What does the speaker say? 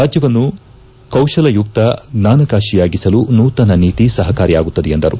ರಾಜ್ಯವನ್ನು ಕೌಶಲಯುಕ್ತ ಜ್ವಾನಕಾತಿಯಾಗಿಸಲು ನೂತನ ನೀತಿ ಸಹಕಾರಿ ಆಗುತ್ತದೆ ಎಂದರು